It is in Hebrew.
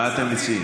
מה אתם מציעים?